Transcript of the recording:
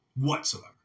whatsoever